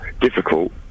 difficult